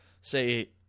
say